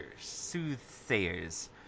Soothsayers